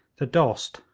the dost,